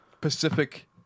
Pacific